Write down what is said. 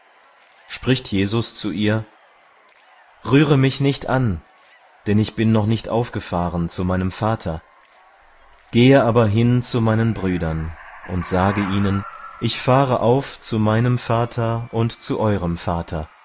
spricht jesus zu ihr rühre mich nicht an denn ich bin noch nicht aufgefahren zu meinem vater gehe aber hin zu meinen brüdern und sage ihnen ich fahre auf zu meinem vater und zu eurem vater